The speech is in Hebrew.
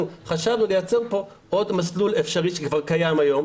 אנחנו חשבנו לייצר פה עוד מסלול אפשרי שכבר קיים היום,